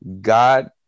God